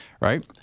right